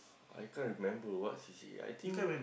I can't remember what C_C_A I think